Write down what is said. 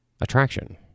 attraction